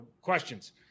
questions